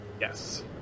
Yes